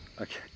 Okay